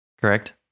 correct